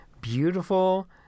beautiful